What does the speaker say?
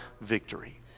victory